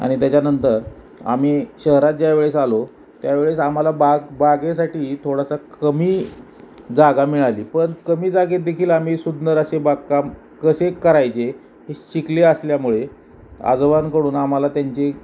आणि त्याच्यानंतर आम्ही शहरात ज्यावेळेस आलो त्यावेळेस आम्हाला बाग बागेसाठी थोडासा कमी जागा मिळाली पण कमी जागेतदेखील आम्ही सुंदर असे बागकाम कसे करायचे हे शिकले असल्यामुळे आजोबांकडून आम्हाला त्यांचे